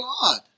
God